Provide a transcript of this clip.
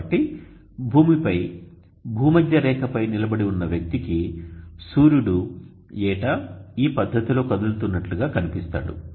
కాబట్టి భూమిపై భూమధ్యరేఖపై నిలబడి ఉన్న వ్యక్తికి సూర్యుడు ఏటా ఈ పద్ధతిలో కదులుతున్నట్లుగా కనిపిస్తాడు